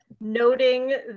noting